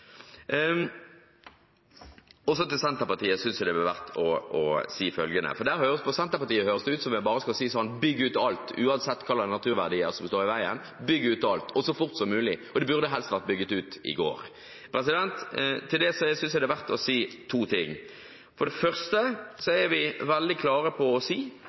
På Senterpartiet høres det ut som vi bare skal si: Bygg ut alt, uansett hva slags naturverdier som står i veien. Bygg ut alt, og så fort som mulig – det burde helst vært bygd ut i går. Til det synes jeg det er verdt å si to ting: For det første er vi veldig klare på